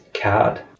card